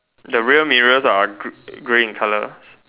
the rear mirrors are grey grey in color